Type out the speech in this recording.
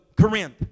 Corinth